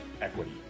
equity